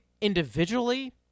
individually